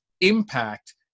impact